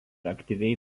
aktyviai